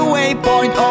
Waypoint